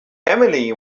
emily